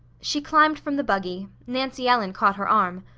she climbed from the buggy. nancy ellen caught her arm.